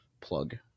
plug